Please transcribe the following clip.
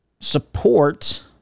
support